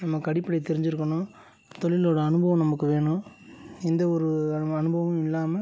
நமக்கு அடிப்படை தெரிஞ்சுருக்கணும் தொழிலோடய அனுபவம் நமக்கு வேணும் எந்த ஒரு அனுப அனுபவமும் இல்லாமல்